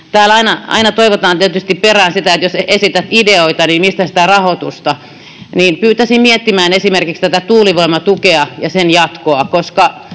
Täällä aina toivotaan tietysti perään, että jos esität ideoita, niin mistä sitä rahoitusta. Pyytäisin miettimään esimerkiksi tuulivoimatukea ja sen jatkoa, koska